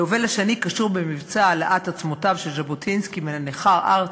היובל השני קשור במבצע העלאת עצמותיו של ז'בוטינסקי מהנכר ארצה,